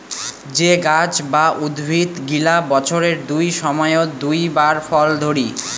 যে গাছ বা উদ্ভিদ গিলা বছরের দুই সময়ত দুই বার ফল ধরি